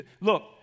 Look